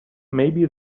maybe